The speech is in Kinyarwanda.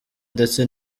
ndetse